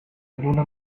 lluna